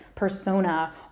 persona